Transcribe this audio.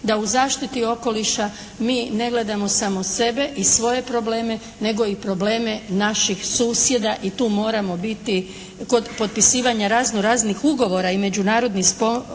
da u zaštiti okoliša mi ne gledamo samo sebe i svoje probleme, nego i probleme naših susjeda i tu moramo biti kod potpisivanja razno raznih ugovora i međunarodnih sporazuma